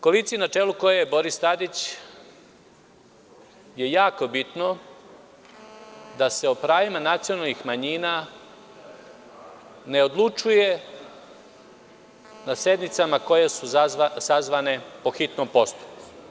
Koaliciji na čelu kojoj je Boris Tadić je jako bitno da se o pravima nacionalnih manjina ne odlučuje na sednicama koje su sazvane po hitnom postupku.